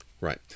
Right